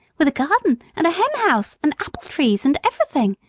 with a garden and a henhouse, and apple-trees, and everything!